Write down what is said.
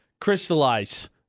crystallize